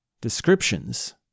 descriptions